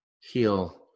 heal